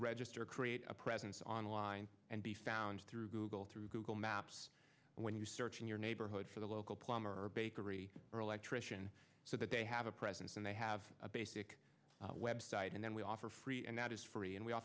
register create a presence online and be found through google through google maps and when you search in your neighborhood for the local plumber or bakery or electrician so that they have a presence and they have a basic website and then we offer free and that is free and we